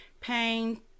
pain